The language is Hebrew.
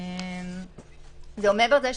מעבר לזה,